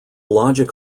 logic